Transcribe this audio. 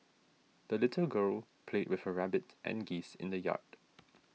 the little girl played with her rabbit and geese in the yard